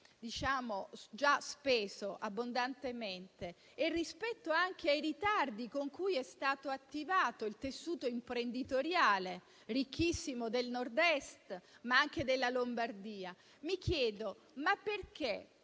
state già abbondantemente spese, e rispetto anche ai ritardi con cui è stato attivato il tessuto imprenditoriale ricchissimo del Nord-Est ma anche della Lombardia, è perché